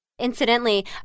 Incidentally